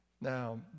Now